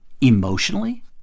emotionally